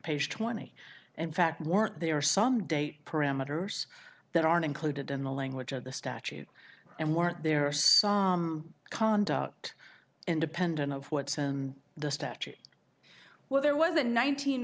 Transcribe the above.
page twenty and fact weren't there are some date parameters that aren't included in the language of the statute and weren't there are some conduct independent of what's and the statute well there was a nineteen